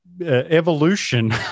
Evolution